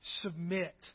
submit